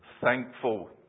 thankful